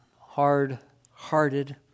hard-hearted